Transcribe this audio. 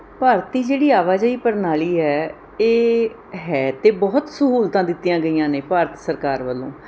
ਭਾਰਤੀ ਜਿਹੜੀ ਆਵਾਜਾਈ ਪ੍ਰਣਾਲੀ ਹੈ ਇਹ ਹੈ ਤਾਂ ਬਹੁਤ ਸਹੂਲਤਾਂ ਦਿੱਤੀਆਂ ਗਈਆਂ ਨੇ ਭਾਰਤ ਸਰਕਾਰ ਵੱਲੋਂ